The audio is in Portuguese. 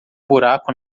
buraco